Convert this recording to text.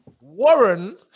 Warren